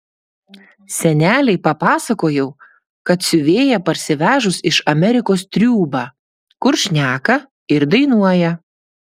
senelei papasakojau kad siuvėja parsivežus iš amerikos triūbą kur šneka ir dainuoja